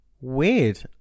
Weird